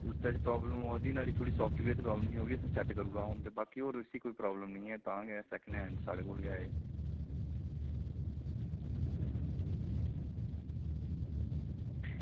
उसदे च प्राब्लम आवा दी नुहाड़ी थोह्ड़ी साफ्टवेयर दी प्राब्लम ही ओह् बी असें सेट करी ओड़दा हून ते बाकी होर उसी कोई प्राब्लम निं तां गै एह् सैकेंड हैंड साढ़े कोल गै एह्